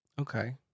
Okay